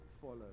follow